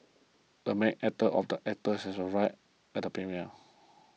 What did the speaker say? the main actor of the actor has arrived at the premiere